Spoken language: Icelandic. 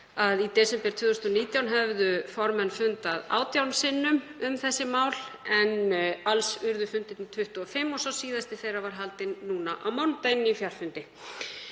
að í desember 2019 höfðu formenn fundað 18 sinnum um þessi mál, en alls urðu fundir 25 og var sá síðasti þeirra haldinn núna á mánudaginn á fjarfundi.